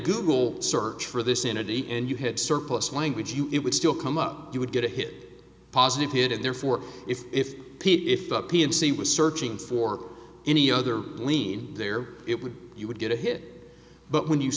google search for this in a d and you had surplus language you it would still come up you would get a hit a positive hit and therefore if it if the p and c were searching for any other lean there it would you would get a hit but when you